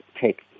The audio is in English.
take